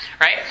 right